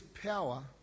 power